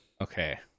Okay